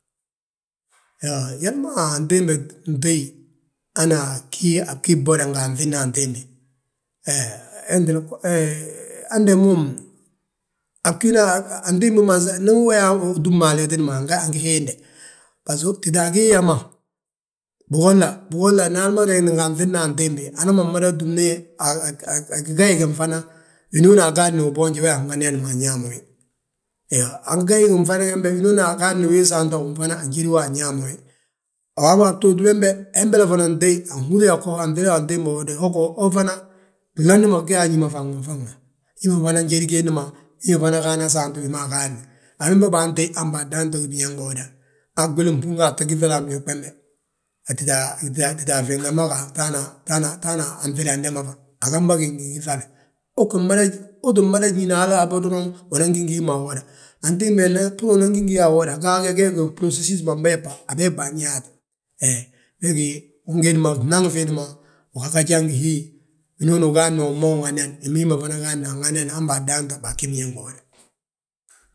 Iyoo, njali ma antimbi ntéyi hana bgí a bgí bwoda nga anŧidni antimbi hande moom, antimbi ndi wo yaa utúmma aliiti wiinde angí hiinde. Basgo títa a wii yaama, bigolla, bugolla ndi hal ma reŋindi ngi anŧidni antimbi, amana mada túmni a gigayiti ginfan. Winooni a gaadni uboonje, wi maa wi anŋaniyanma anñaama wi. Iyoo, a gyaa ginfana gembe winooni agaadni wi saanta unfana anjédwi anñaama wi. Waabo a btooti bembe, hembele fana ntéy, anhúri yaa anŧida antimbi ho, ho fana, gloni ma gí añi ma fan ma faŋ ma. Hima fana njédi gilli ma, hima fana gaana saant gi ma agaadni. A wembe baatéy han baadan to gí biñaŋ biwoda, han gwili gbúŋ a fayi giŧale a ñuug bembe. Tita fyeŋde ma ga, tata anŧidande ma, a gamba gi gingi giŧale. Uuti mada ñíni hal habo doroŋ unan gí ngi hi a wili woda. Antimbi he bbúru unan gí ngi hi ma awuda, a bee bayaati, he wee wi ngédima fnaŋi fiindi ma, uga gaji ngi hi, winooni ugaadni umanwi ŋaniyad, wi ma hí ma fana gaadi anŋayadna han baadan to bagí biñaŋ biwoda.